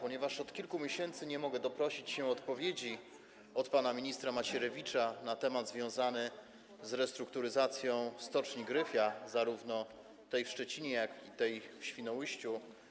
Od kilku miesięcy nie mogę doprosić się odpowiedzi od pana ministra Macierewicza na temat związany z restrukturyzacją stoczni Gryfia, zarówno tej w Szczecinie, jak i tej w Świnoujściu.